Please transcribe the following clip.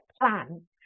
plan